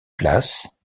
place